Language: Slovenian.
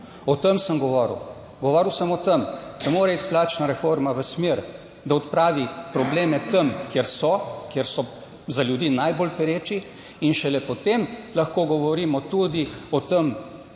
O tem sem govoril. Govoril sem o tem, da mora iti plačna reforma v smer, da odpravi probleme tam, kjer so, kjer so za ljudi najbolj pereči in šele potem lahko govorimo tudi o tem,